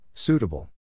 Suitable